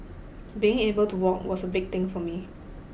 being able to walk was a big thing for me